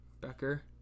becker